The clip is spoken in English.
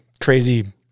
crazy